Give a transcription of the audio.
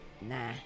nah